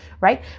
right